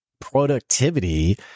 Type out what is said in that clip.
productivity